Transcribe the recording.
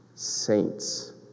Saints